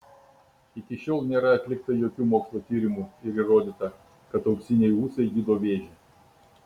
iki šiol nėra atliktų jokių mokslo tyrimų ir įrodyta kad auksiniai ūsai gydo vėžį